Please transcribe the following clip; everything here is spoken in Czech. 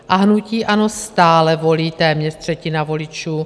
A hnutí ANO stále volí téměř třetina voličů.